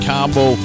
Combo